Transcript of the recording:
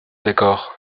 d’accord